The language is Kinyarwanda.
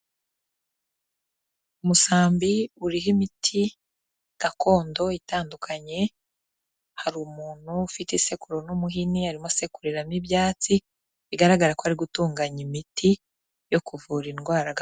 Umusambi uriho imiti gakondo itandukanye hari umuntu ufite isekuru n'umuhini arimo asekuriramo ibyatsi bigaragara ko ari gutunganya imiti yo kuvura indwara ga.